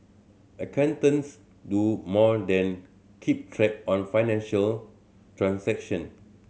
accountants do more than keep track on financial transaction